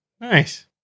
Nice